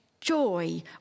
joy